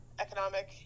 economic